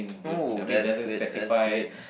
oh that's good that's good